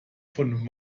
von